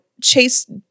chase